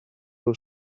will